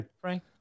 Frank